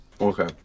okay